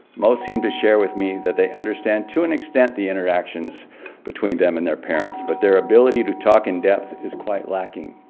most seem to share with me that they understand to an extent the interactions between them and their parents, but their ability to talk in depth is quite lacking.